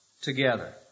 together